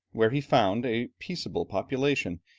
where he found a peaceable population,